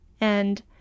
and-